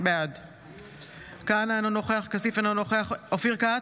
אינו נוכח עופר כסיף,